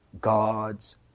God's